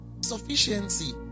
Sufficiency